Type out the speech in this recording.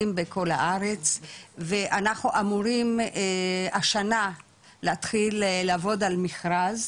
בכל הארץ ואנחנו אמורים השנה להתחיל לעבוד על מכרז,